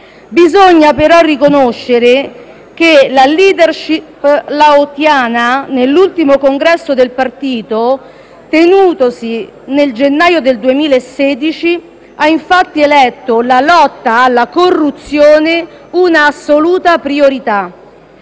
Bisogna però riconoscere che la *leadership* laotiana, nell'ultimo congresso del partito tenutosi nel gennaio del 2016, ha eletto la lotta alla corruzione un'assoluta priorità.